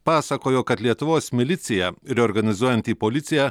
pasakojo kad lietuvos miliciją reorganizuojant į policiją